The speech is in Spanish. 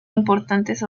importantes